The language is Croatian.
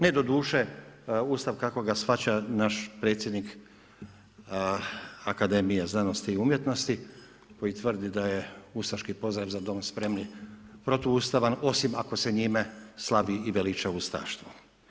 Ne doduše Ustav kako ga shvaća naš predsjednik akademije znanosti i umjetnosti, koji tvrdi da je ustaški pozdrav Za dom spremni, protuustavan, osim ako se njime slavi i veliča ustaštvo.